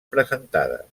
presentades